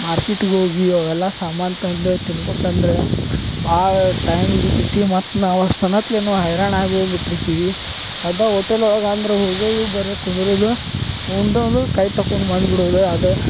ಮಾರ್ಕೆಟಿಗ ಹೋಗಿ ಅವೆಲ್ಲಾ ಸಾಮಾನು ತಂದ ತಿನ್ಬೇಕಂದ್ರ ಭಾಳ ಟೈಮ್ ಹಿಡಿತೈತಿ ಮತ್ತೆ ನಾವು ಅಷ್ಟನತ್ಲೇನೂ ಹೈರಾಣಾಗ ಹೋಗ್ ಬಿಟ್ಟಿರ್ತೀವಿ ಅದು ಹೋಟೆಲ್ ಒಳಗಂದ್ರ ಹೋಗೋದು ಬರೆ ಕುಂದ್ರುದು ಉಣ್ಣೋದು ಕೈ ತೊಕ್ಕೊಂಡು ಬಂದ್ಬಿಡೋದು ಅದು